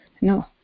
No